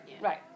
right